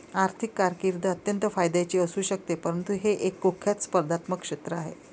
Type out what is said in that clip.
आर्थिक कारकीर्द अत्यंत फायद्याची असू शकते परंतु हे एक कुख्यात स्पर्धात्मक क्षेत्र आहे